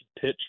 pitch